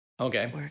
Okay